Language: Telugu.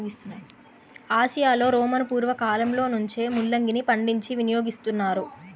ఆసియాలో రోమను పూర్వ కాలంలో నుంచే ముల్లంగిని పండించి వినియోగిస్తున్నారు